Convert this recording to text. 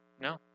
No